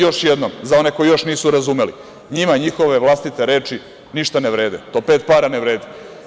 Još jednom za one koji nisu razumeli, njima njihove vlastite reči ništa ne vrede, to pet para ne vredi.